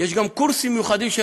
יש גם קורסים מיוחדים של,